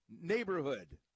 neighborhood